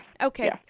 okay